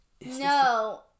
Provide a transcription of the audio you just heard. No